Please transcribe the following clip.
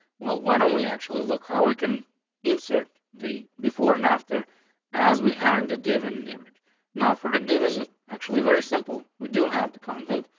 well, why don't we actually look how weaken insert the before and after as we having the devon image now for the divers is actually very simple. we do have the content.